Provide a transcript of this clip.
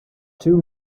two